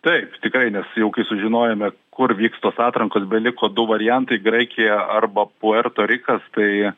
taip tikrai nes jau kai sužinojome kur vyks tos atrankos beliko du variantai graikija arba puerto rikas tai